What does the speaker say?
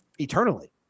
eternally